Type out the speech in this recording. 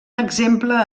exemple